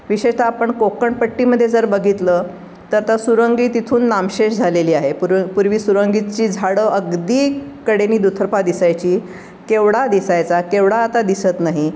विशेषतः आपण कोकणपट्टीमध्ये जर बघितलं तर आता सुरंगी तिथून नामशेष झालेली आहे पुर पूर्वी सुरंगीची झाडं अगदी कडेनी दुतर्फा दिसायची केवडा दिसायचा केवडा आता दिसत नाही